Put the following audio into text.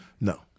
No